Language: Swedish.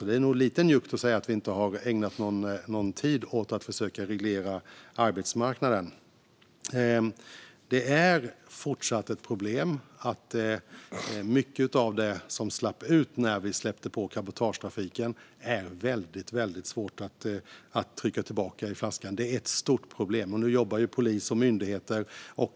Det är nog alltså lite njuggt att säga att vi inte har ägnat någon tid åt att försöka reglera arbetsmarknaden. Det är fortsatt ett problem att mycket av det som slapp ut ur flaskan när vi släppte på cabotagetrafiken är väldigt svårt att trycka tillbaka dit. Det är ett stort problem. Nu jobbar polis och myndigheter.